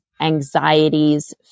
anxieties